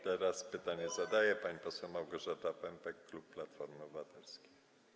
Teraz pytanie zadaje pani poseł Małgorzata Pępek, klub Platformy Obywatelskiej.